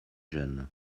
jeunes